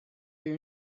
your